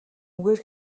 үгээр